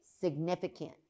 significant